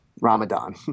Ramadan